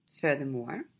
Furthermore